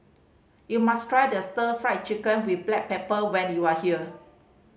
you must try the Stir Fry Chicken with black pepper when you are here